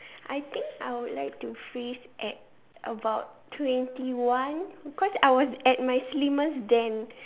I think I would like to freeze at about twenty one because I was at my slimmest then